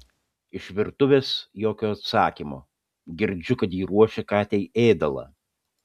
iš virtuvės jokio atsakymo girdžiu kad ji ruošia katei ėdalą